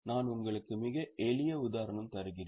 நான் உங்களுக்கு மிக எளிய உதாரணம் தருகிறேன்